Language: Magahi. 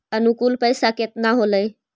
अनुकुल पैसा केतना होलय